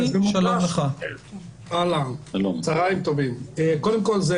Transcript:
קודם כל, זה